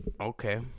okay